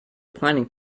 planning